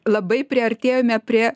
labai priartėjome prie